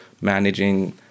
managing